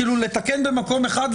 כאילו לתקן במקום אחד,